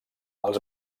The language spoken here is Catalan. els